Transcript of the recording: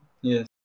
Yes